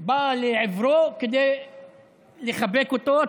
באה לעברו כדי לחבק אותו.